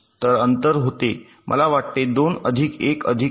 तर अंतर होते मला वाटते २ अधिक १ अधिक १